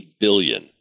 billion